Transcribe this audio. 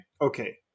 okay